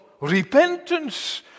repentance